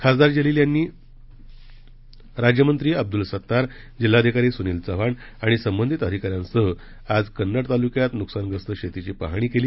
खासदार जलील यांनी राज्यमंत्री अब्दुल सत्तार जिल्हाधिकारी सुनील चव्हाण आणि संबंधित अधिकाऱ्यांसह आज कन्नड तालुक्यात नुकसानग्रस्त शेतीची पाहणी केली